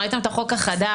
ראיתם את החוק החדש,